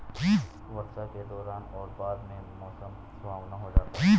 वर्षा के दौरान और बाद में मौसम सुहावना हो जाता है